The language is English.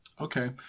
okay